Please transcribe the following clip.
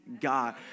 God